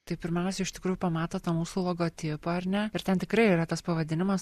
tai pirmiausia iš tikrųjų pamato tą mūsų logotipą ar ne ir ten tikrai yra tas pavadinimas